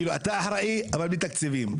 כלומר, אתה אחראי אבל בלי תקציבים.